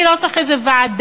אני לא צריך איזו ועדה,